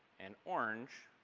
and orange.